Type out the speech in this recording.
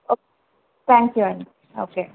okay thank you అండి okay